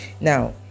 Now